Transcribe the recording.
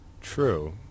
True